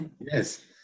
yes